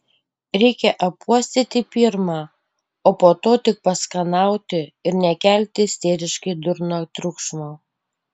reikia apuostyti pirma o po to tik paskanauti ir nekelti isteriškai durno triukšmo